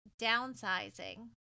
downsizing